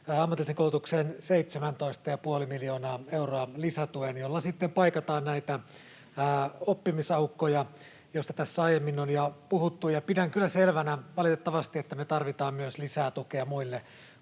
ammatilliseen koulutukseen 17,5 miljoonan euron lisätuen, jolla sitten paikataan näitä oppimisaukkoja, joista tässä aiemmin on jo puhuttu, ja pidän kyllä selvänä, valitettavasti, että myös muille